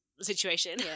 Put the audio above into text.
situation